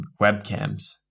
webcams